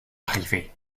arrivée